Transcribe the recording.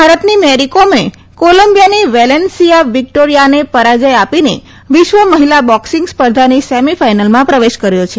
ભારતની મેરીકોમે કોલંબીયાની વેલેન્સીયા વિક્ટોરીયાને પરાજય આપીને વિશ્વ મહિલા બોક્સિંગ સ્પર્ધાની સેમીફાઈનલમાં પ્રવેશ કર્યો છે